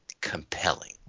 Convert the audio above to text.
compelling